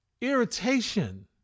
irritation